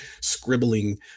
scribbling